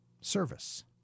Service